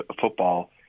football